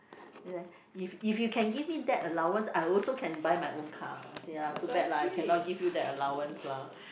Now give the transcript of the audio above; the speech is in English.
if if you can give me that allowance I also can buy my own car I say ya too bad lah I cannot give you that allowance lah